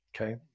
Okay